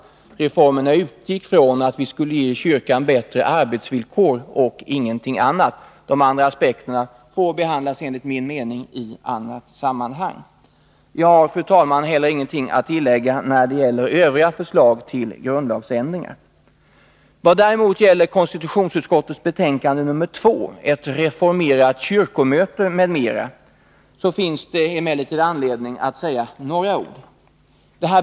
Utgångspunkten har varit att vi genom dessa reformer skulle ge kyrkan bättre arbetsvillkor — ingenting annat. De andra aspekterna får enligt min mening behandlas i annat sammanhang. Jag har, fru talman, heller ingenting att tillägga när det gäller övriga förslag till grundlagsändringar. Vad gäller konstitutionsutskottets betänkande nr 2 om ett reformerat kyrkomöte m.m. finns det emellertid anledning att säga några ord.